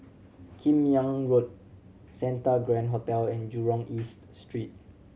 Kim Yam Road Santa Grand Hotel and Jurong East Street